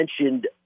mentioned